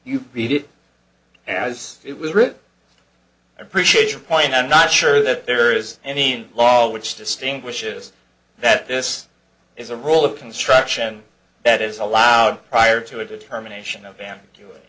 you read it as it was written i appreciate your point i'm not sure that there is any law which distinguishes that this is a roll of construction that is allowed prior to a determination of a